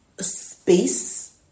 space